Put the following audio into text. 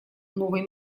новый